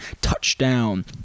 Touchdown